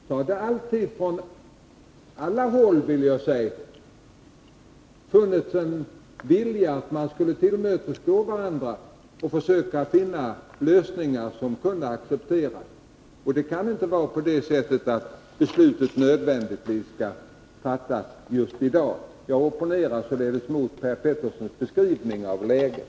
Det har alltid från alla håll funnits en vilja att gå varandra till mötes och försöka finna lösningar som kunde accepteras. Det kan inte vara så att beslutet nödvändigtvis måste fattas just i dag. Jag opponerar mig således mot Per Peterssons beskrivning av läget.